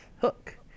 Hook